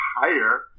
higher